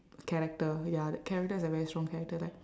character ya that character is a very strong character like